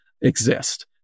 exist